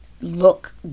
look